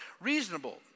reasonable